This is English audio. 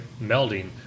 melding